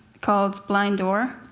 called blind door.